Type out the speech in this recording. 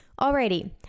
Alrighty